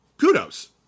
kudos